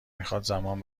میخواد، زمان